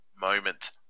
moment